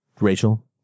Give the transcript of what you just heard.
Rachel